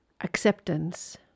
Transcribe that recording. Acceptance